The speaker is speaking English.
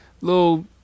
little